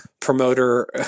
promoter